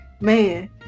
man